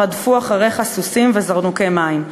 רדפו אחריך סוסים וזרנוקי מים,